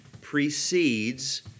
precedes